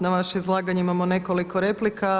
Na vaše izlaganje imamo nekoliko replika.